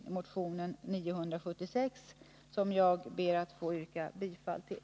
Jag ber att få yrka bifall till motion 976 och motion 1319 i motsvarande del.